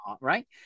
right